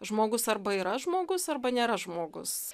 žmogus arba yra žmogus arba nėra žmogus